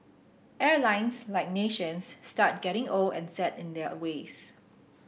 airlines like nations start getting old and set in their ways